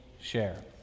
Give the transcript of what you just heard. share